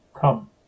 come